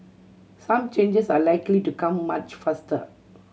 some changes are likely to come much faster